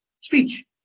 speech